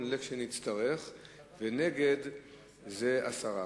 אני אזכיר שבנובמבר 2008